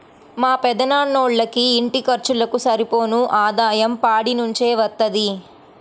మా పెదనాన్నోళ్ళకి ఇంటి ఖర్చులకు సరిపోను ఆదాయం పాడి నుంచే వత్తది